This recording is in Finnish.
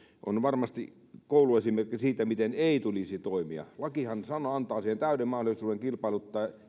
on varmasti kouluesimerkki siitä miten ei tulisi toimia lakihan antaa täyden mahdollisuuden kilpailuttaa